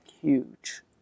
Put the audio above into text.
huge